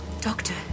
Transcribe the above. Doctor